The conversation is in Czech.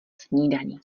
snídani